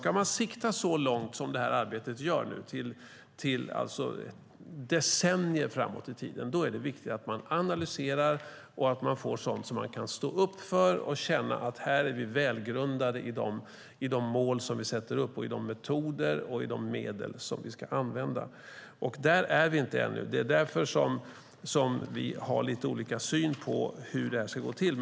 Ska man sikta så långt som det här arbetet gör nu, decennier framåt i tiden, är det viktigt att man analyserar och att man får fram sådant som man kan stå upp för och känna att här är de mål som vi sätter upp, de metoder och de medel som vi ska använda välgrundade. Där är vi inte ännu. Det är därför som vi har lite olika syn på hur det här ska gå till.